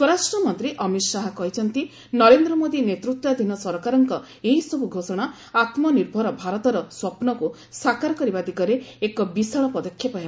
ସ୍ୱରାଷ୍ଟ୍ର ମନ୍ତ୍ରୀ ଅମିତ୍ ଶାହା କହିଛନ୍ତି ନରେନ୍ଦ୍ର ମୋଦି ନେତୃତ୍ୱାଧୀନ ସରକାରଙ୍କ ଏହିସବୁ ଘୋଷଣା 'ଆତ୍କନିର୍ଭର ଭାରତ'ର ସ୍ୱପୁକୁ ସାକାର କରିବା ଦିଗରେ ଏକ ବିଶାଳ ପଦକ୍ଷେପ ହେବ